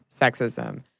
sexism